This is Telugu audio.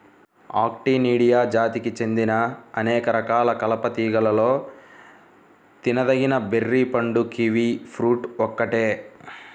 ఆక్టినిడియా జాతికి చెందిన అనేక రకాల కలప తీగలలో తినదగిన బెర్రీ పండు కివి ఫ్రూట్ ఒక్కటే